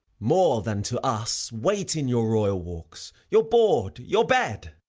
more than to us wait in your royal walks, your board, your bed!